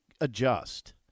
adjust